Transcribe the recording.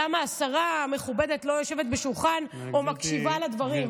למה השרה המכובדת לא יושבת בשולחן או מקשיבה לדברים?